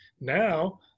now